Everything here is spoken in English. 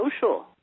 social